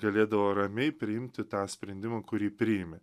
galėdavo ramiai priimti tą sprendimą kurį priimi